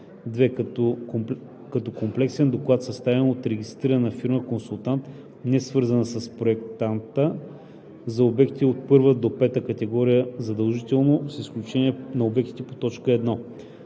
2. като комплексен доклад, съставен от регистрирана фирма – консултант, несвързана с проектанта – за обекти от първа до пета категория задължително, с изключение на обектите по т. 1.“